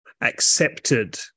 accepted